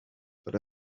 for